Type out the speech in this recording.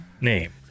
name